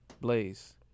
Blaze